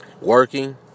working